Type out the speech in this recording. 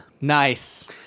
Nice